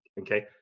Okay